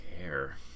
care